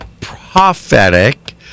prophetic